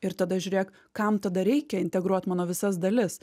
ir tada žiūrėk kam tada reikia integruot mano visas dalis